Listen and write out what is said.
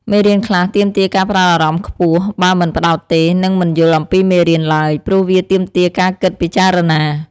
មេរៀនខ្លះទាមទារការផ្ដោតអារម្មណ៍ខ្ពស់ បើមិនផ្ដោតទេ នឹងមិនយល់អំពីមេរៀនឡើយ ព្រោះវាទាមទារការគិតពិចារណា។